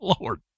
Lord